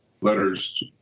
letters